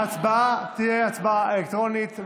ההצבעה תהיה הצבעה אלקטרונית,